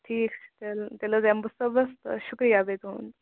ٹھیٖک چھُ تیٚلہِ تیلہِ حٲز یِم بہٕ صبحس تہٕ شُکریا بیٚیہِ تُہنٛد